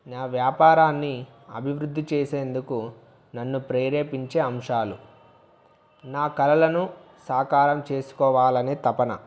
నా వ్యాపారాన్ని అభివృద్ధి చేసేందుకు నన్ను ప్రేరేపించే అంశాలు నా కలలను సాకారం చేసుకోవాలని తపన